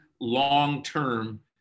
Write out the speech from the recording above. long-term